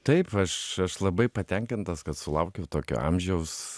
taip aš aš labai patenkintas kad sulaukiau tokio amžiaus